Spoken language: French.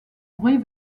bruit